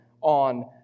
on